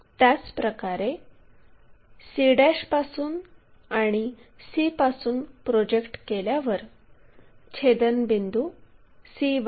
त्याचप्रकारे c पासून आणि c पासून प्रोजेक्ट केल्यावर छेदनबिंदू c1 मिळतो